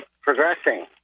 progressing